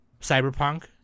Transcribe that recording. cyberpunk